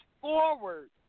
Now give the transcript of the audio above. forward